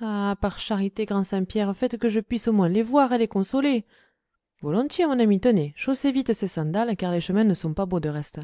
par charité grand saint pierre faites que je puisse au moins les voir et les consoler volontiers mon ami tenez chaussez vite ces sandales car les chemins ne sont pas beaux de reste